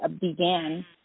began